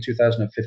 2015